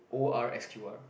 O R S Q R